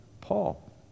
Paul